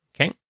Okay